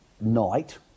night